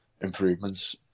improvements